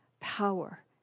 power